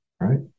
Right